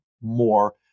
more